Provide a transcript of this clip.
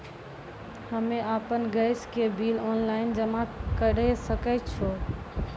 हम्मे आपन गैस के बिल ऑनलाइन जमा करै सकै छौ?